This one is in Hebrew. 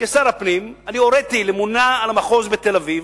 כשר הפנים אני הוריתי לממונה המחוז בתל-אביב